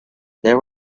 there